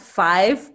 five